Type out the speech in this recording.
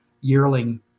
yearling